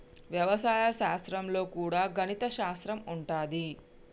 వ్యవసాయ శాస్త్రం లో కూడా గణిత శాస్త్రం ఉంటది